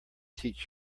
teach